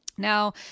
Now